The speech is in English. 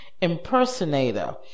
impersonator